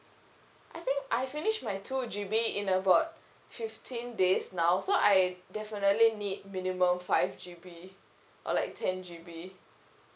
I think I finish my two G_B in about fifteen days now so I definitely need minimum five G_B or like ten G_B